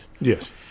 Yes